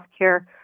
healthcare